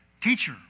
teacher